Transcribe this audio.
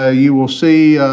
ah you will see,